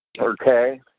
Okay